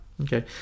Okay